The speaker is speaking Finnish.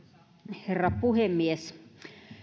herra puhemies